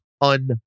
un